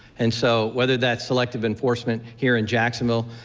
and so whether that's selecti but enforcement here in jacksonville.